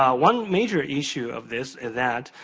ah one major issue of this that,